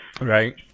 Right